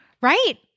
right